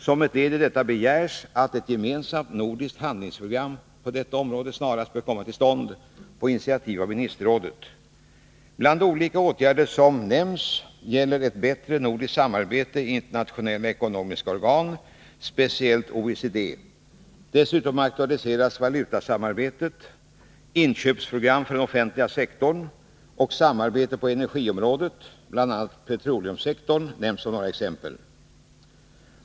Som ett led i detta framhålls att ett gemensamt nordiskt handlingsprogram på området snarast bör komma till stånd på initiativ av ministerrådet. Bland olika åtgärder som nämns gäller ett bättre nordiskt samarbete i internationella ekonomiska organ, speciellt i OECD. Dessutom aktualiseras valutasamarbetet, inköpsprogram för den offentliga sektorn och samarbete på energiområdet — bl.a. petroleumsektorn.